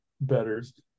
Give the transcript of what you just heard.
betters